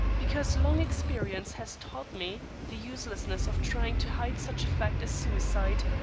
because long experience has taught me the uselessness of trying to hide such a fact as suicide,